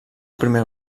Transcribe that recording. primer